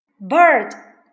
bird